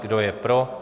Kdo je pro?